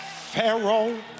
Pharaoh